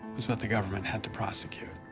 was what the government had to prosecute